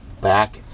back